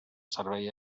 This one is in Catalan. servei